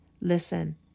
listen